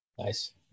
Nice